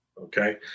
okay